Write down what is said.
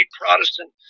Protestant